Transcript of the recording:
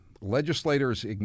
Legislators